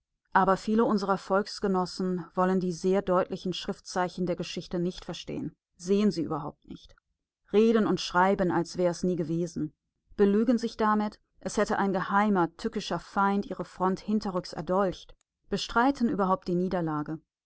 aber viele unserer volksgenossen wollen die sehr deutlichen schriftzeichen der geschichte nicht verstehen sehen sie überhaupt nicht reden und schreiben als wär es nie gewesen belügen sich damit es hätte ein geheimer tückischer feind ihre front hinterrücks erdolcht bestreiten überhaupt die niederlage